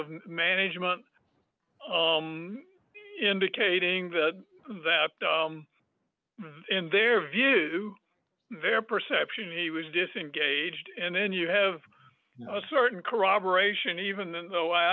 of management indicating that in their view their perception he was disengaged and then you have a certain corroboration even though i